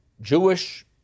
Jewish